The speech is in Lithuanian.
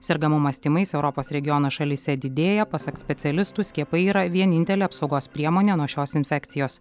sergamumas tymais europos regiono šalyse didėja pasak specialistų skiepai yra vienintelė apsaugos priemonė nuo šios infekcijos